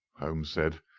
holmes said,